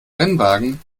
rennwagen